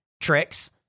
tricks